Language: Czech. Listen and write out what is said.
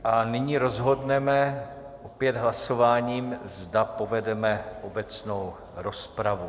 A nyní rozhodneme opět hlasováním, zda povedeme obecnou rozpravu.